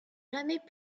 jamais